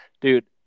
dude